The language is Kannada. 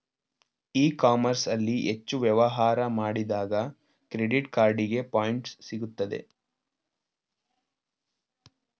ಇ ಕಾಮರ್ಸ್ ಅಲ್ಲಿ ಹೆಚ್ಚು ವ್ಯವಹಾರ ಮಾಡಿದಾಗ ಕ್ರೆಡಿಟ್ ಕಾರ್ಡಿಗೆ ಪಾಯಿಂಟ್ಸ್ ಸಿಗುತ್ತದೆ